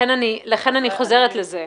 לכן אני חוזרת לזה.